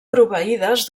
proveïdes